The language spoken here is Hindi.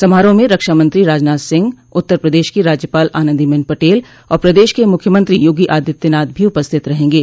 समरोह में रक्षामंत्री राजनाथ सिंह उत्तर प्रदेश की राज्यपाल आनंदीबेन पटेल और प्रदेश के मुख्यमंत्री योगी आदित्यनाथ भी उपस्थित रहेंगे